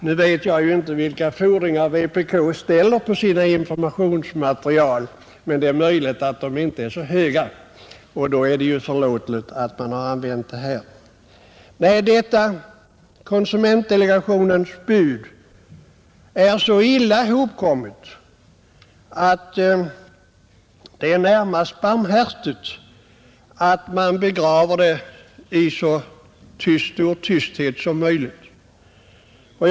Nu vet jag ju inte vilka fordringar man från vpk ställer på sitt informationsmaterial, men det är möjligt att de inte är så höga, och då är det förståeligt att man använt dessa beräkningar, Nej, detta konsumentdelegationens bud är så illa hopkommet att det är närmast barmhärtigt att man begraver det i så stor tysthet som möjligt.